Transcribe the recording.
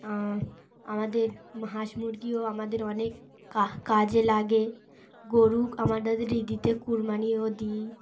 আমাদের হাঁস মুরগিও আমাদের অনেক কাজে লাগে গরু আমাদের ইদিতে কুরমানিও দিই